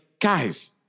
guys